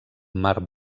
mar